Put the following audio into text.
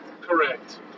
Correct